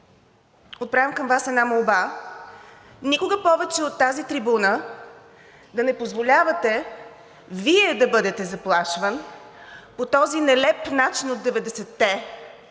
Отправям към Вас една молба. Никога повече от тази трибуна да не позволявате Вие да бъдете заплашван по този нелеп начин от 90-те